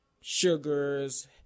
sugars